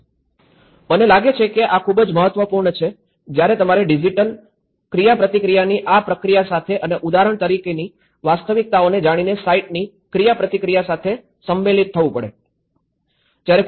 મને લાગે છે કે આ ખૂબ જ મહત્વપૂર્ણ છે કે જયારે તમારે ડિજિટલ ક્રિયાપ્રતિક્રિયાની આ પ્રક્રિયા સાથે અને ઉદાહરણ તરીકેની વાસ્તવિકતાઓને જાણીને સાઇટની ક્રિયાપ્રતિક્રિયા સાથે સંમેલિત થવું પડે જ્યારે કોઈપણ યુ